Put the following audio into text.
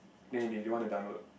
they they don't want to download